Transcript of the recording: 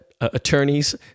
attorneys